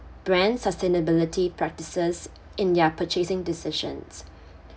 brand sustainability practices in their purchasing decisions